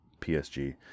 PSG